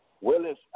Willis